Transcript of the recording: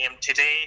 today